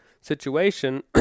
situation